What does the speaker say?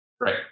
Right